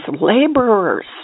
laborers